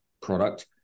product